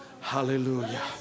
Hallelujah